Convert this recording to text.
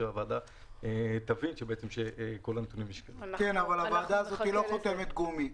הוועדה הזאת היא לא חותמת גומי.